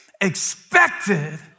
expected